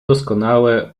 doskonałe